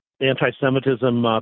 anti-Semitism